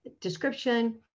description